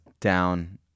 down